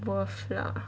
worth lah